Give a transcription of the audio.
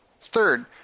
Third